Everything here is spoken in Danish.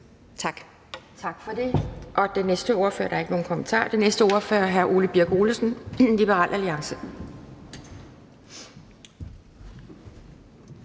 Tak.